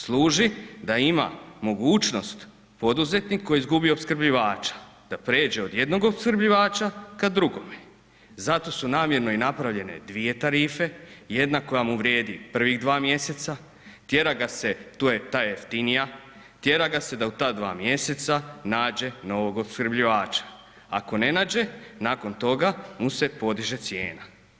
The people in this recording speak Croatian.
Služi da ima mogućnost poduzetnik koji je izgubio opskrbljivača da pređe od jednog opskrbljivača ka drugome, zato su namjerno i napravljene dvije tarife, jedna koja mu vrijedi prvih dva mjeseca, tjera ga se, tu je ta jeftinija, tjera ga se da u ta dva mjeseca nađe novog opskrbljivača, ako ne nađe, nakon toga mu se podiže cijena.